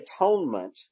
atonement